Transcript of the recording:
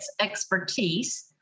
expertise